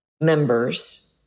members